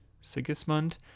Sigismund